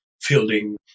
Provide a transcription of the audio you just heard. fielding